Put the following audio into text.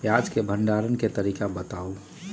प्याज के भंडारण के तरीका बताऊ?